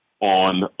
on